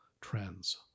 trends